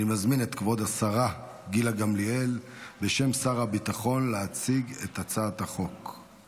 אני מזמין את כבוד השרה גילה גמליאל להציג את הצעת החוק בשם שר הביטחון.